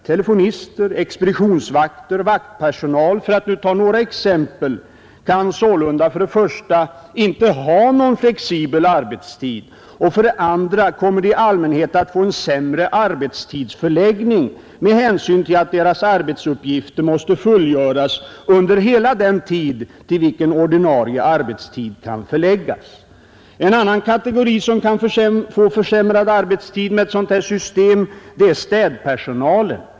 Telefonister, expeditionsvakter, vaktpersonal — för att ta några exempel — kan sålunda för det första inte ha någon flexibel arbetstid, och för det andra kommer de i allmänhet att få en sämre arbetstidsförläggning med hänsyn till att deras arbetsuppgifter måste fullgöras under hela den tid till vilken ordinarie arbetstid kan förläggas. En annan kategori, som kan få försämrad arbetstid med ett sådant här system, är städpersonalen.